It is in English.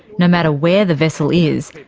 no matter where the vessel is,